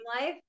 life